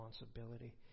responsibility